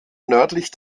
nördlich